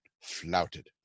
flouted